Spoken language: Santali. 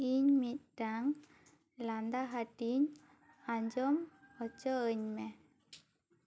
ᱤᱧ ᱢᱤᱫᱴᱟᱝ ᱞᱟᱱᱫᱟ ᱦᱟ ᱴᱤᱧ ᱟᱸᱡᱚᱢ ᱦᱚᱪᱚᱣᱟ ᱧ ᱢᱮ